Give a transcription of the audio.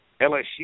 LSU